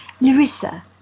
Larissa